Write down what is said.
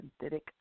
synthetic